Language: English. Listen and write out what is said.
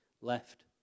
left